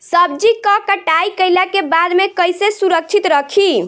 सब्जी क कटाई कईला के बाद में कईसे सुरक्षित रखीं?